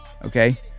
okay